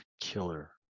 killer